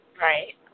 Right